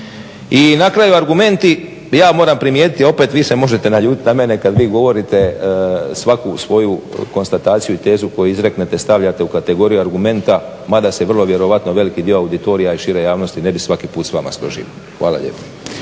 I na kraju argumenti ja moram primijetiti opet, vi se možete naljutiti na mene kada vi govorite svaku svoju konstataciju i tezu koju izreknete stavljate u kategoriju argumenta mada se vrlo vjerojatno veliki dio auditorija i šire javnosti ne bi svaki put s vama složio. Hvala lijepo.